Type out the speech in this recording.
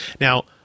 Now